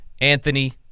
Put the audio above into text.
Anthony